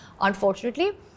unfortunately